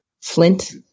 Flint